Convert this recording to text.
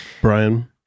Brian